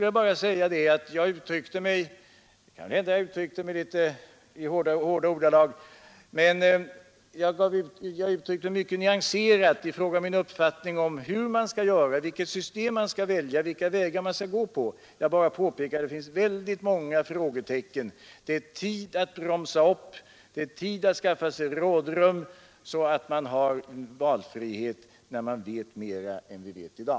Det kan hända att jag använde litet hårda ordalag, 22 mars 1973 men jag uttryckte mig mycket nyanserat i fråga om min uppfattning om vilket system vi bör välja och vilka vägar vi bör gå. Jag vill bara påpeka att det här finns många frågetecken. Det är nu tid att bromsa upp och att skaffa sig rådrum så att man har valfrihet när man vet mer än vi vet i dag.